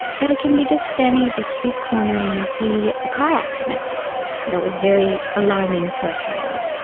but it can be just standing at the street corner and you see a car accident that was very alarming to a child.